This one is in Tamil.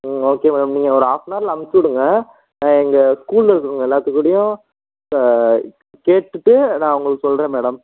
ம் ஓகே மேடம் நீங்கள் ஒரு ஆஃபனவரில் அமிச்சிவுடுங்க எங்கள் ஸ்கூலில் இருக்குறவங்க எல்லாத்துக்கூடையும் கேட்டுவிட்டு நான் உங்களுக்கு சொல்லுறேன் மேடம்